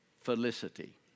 felicity